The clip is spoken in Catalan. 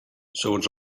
segons